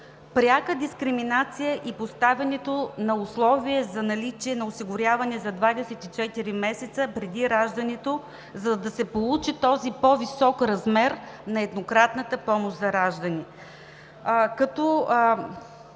Пряка дискриминация е и поставянето на условие за наличие на осигуряване за 24 месеца преди раждането, за да се получи този по-висок размер на еднократната помощ за раждане,